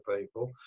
people